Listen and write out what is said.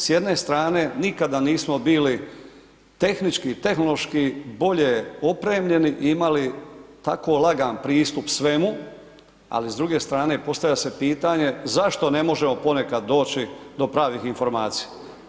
S jedne strane nikada nismo bili tehnički i tehnološki bolje opremljeni i imali tako lagan pristup svemu ali s druge strane postavlja se pitanje zašto ne možemo ponekad doći do pravih informacija.